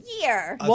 year